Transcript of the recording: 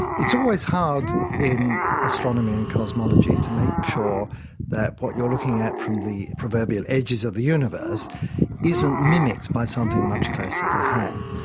it's always hard in astronomy and cosmology to make sure that what you are looking at from the proverbial edges of the universe isn't mimicked by something much closer to home.